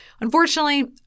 unfortunately